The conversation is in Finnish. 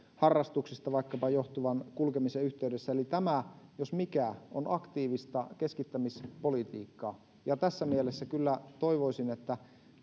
harrastuksista johtuvan kulkemisen yhteydessä tämä jos mikä on aktiivista keskittämispolitiikkaa tässä mielessä kyllä toivoisin että